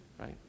right